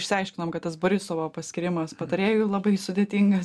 išsiaiškinom kad tas borisovo paskyrimas patarėju labai sudėtingas